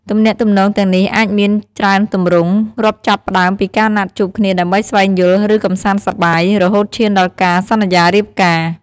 ទំនាក់ទំនងទាំងនេះអាចមានច្រើនទម្រង់ រាប់ចាប់ផ្ដើមពីការណាត់ជួបគ្នាដើម្បីស្វែងយល់ ឬកម្សាន្តសប្បាយ រហូតឈានដល់ការសន្យារៀបការ ។